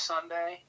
Sunday